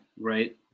right